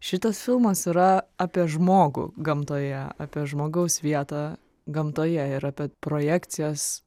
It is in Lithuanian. šitas filmas yra apie žmogų gamtoje apie žmogaus vietą gamtoje ir apie projekcijas